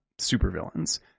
supervillains